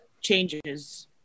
changes